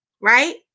right